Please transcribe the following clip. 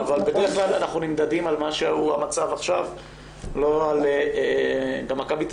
אבל בדרך כלל אנחנו נמדדים על המצב כפי שהוא עכשיו.